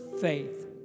faith